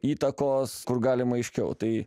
įtakos kur galima aiškiau tai